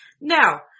Now